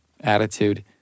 attitude